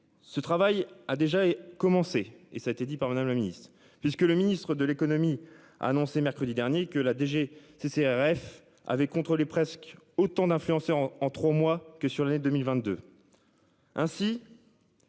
Ce travail a déjà commencé et ça a été dit par Madame le Ministre puisque le ministre de l'Économie a annoncé mercredi dernier que la DG. CRF avait contrôlé presque autant d'influencer en en trois mois que sur l'année 2022.